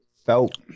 felt